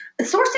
Sourcing